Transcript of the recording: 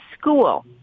school